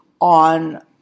on